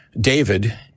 David